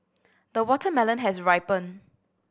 the watermelon has ripened